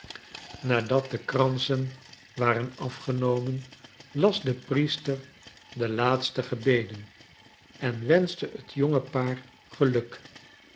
nadat de kransen waren afgenomen las de priester de laatste gebeden en wenschte het jonge paar geluk